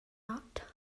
out